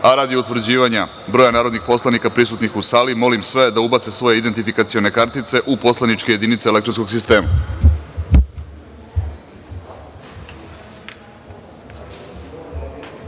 utvrđivanja broja narodnih poslanika prisutnih u sali, molim sve da ubace svoje identifikacione kartice u poslaničke jedinice elektronskog